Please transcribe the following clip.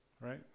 right